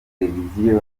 televiziyo